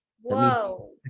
Whoa